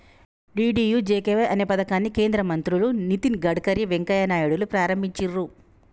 DDUGKY అనే పథకాన్ని కేంద్ర మంత్రులు నితిన్ గడ్కరీ, వెంకయ్య నాయుడులు ప్రారంభించిర్రు